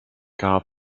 gab